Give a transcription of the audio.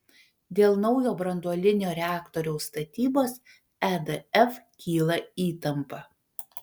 dėl naujo branduolinio reaktoriaus statybos edf kyla įtampa